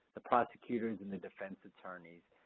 the prosecutors, and the defense attorneys,